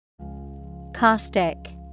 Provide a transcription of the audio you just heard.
Caustic